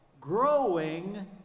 growing